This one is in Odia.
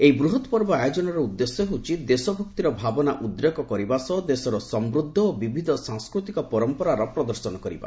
ଏହି ବୃହତ ପର୍ବ ଆୟୋଜନର ଉଦ୍ଦେଶ୍ୟ ହେଉଛି ଦେଶଭକ୍ତିର ଭାବନା ଉଦ୍ରେକ କରିବା ସହ ଦେଶର ସମୃଦ୍ଧ ଓ ବିବିଧ ସାଂସ୍କୃତିକ ପରମ୍ପରାର ପ୍ରଦର୍ଶନ କରିବା